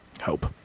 hope